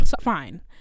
Fine